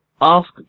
ask